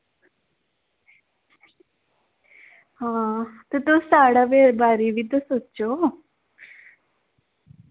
ते तुस साढ़े बारै ई बी ते सोचो